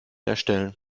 erstellen